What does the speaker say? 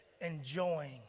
enjoying